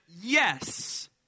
yes